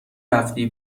رفتی